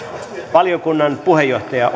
valiokunnan puheenjohtaja